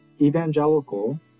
evangelical